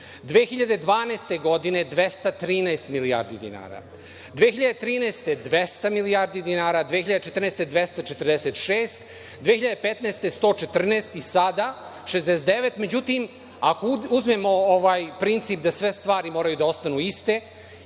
2012. godine 213 milijardi dinara, 2013. godine 200 milijardi dinara, 2014. godine 246, 2015. godine 114 i sada 69. međutim, ako uzmemo princip da sve stvari moraju da ostanu iste